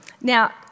Now